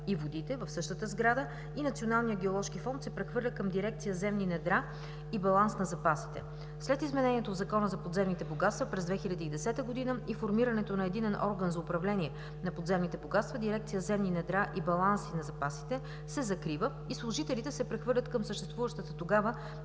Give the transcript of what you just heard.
и водите в същата сграда, а Националният геоложки фонд се прехвърля към дирекция „Земни недра и баланс за запасите“. След изменението в Закона за подземните богатства през 2010 г. и формирането на единен орган за управление на подземните богатства дирекция „Земни недра и баланси на запасите“ се закрива и служителите се прехвърлят към съществуващата тогава